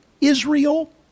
Israel